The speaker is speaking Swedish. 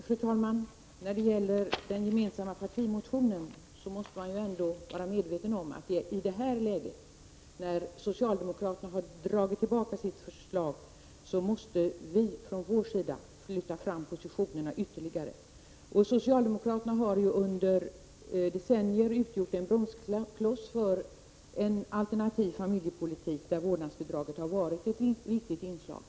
Fru talman! När det gäller trepartimotionen så måste man ändå vara medveten om att vi i det här läget, alltså då socialdemokraterna har dragit tillbaka sitt förslag, måste flytta fram positionerna ytterligare. Socialdemokraterna har ju under decennier utgjort en bromskloss för en alternativ familjepolitik där vårdnadsbidraget har varit ett viktigt inslag.